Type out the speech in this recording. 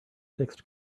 fixed